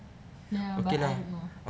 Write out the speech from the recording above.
ya but I don't know